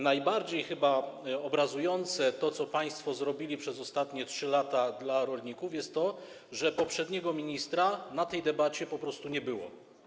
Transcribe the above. Najbardziej chyba obrazujące to, co państwo zrobili przez ostatnie 3 lata dla rolników, jest to, że poprzedniego ministra podczas tej debaty po prostu nie było.